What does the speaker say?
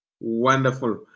Wonderful